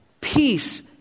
peace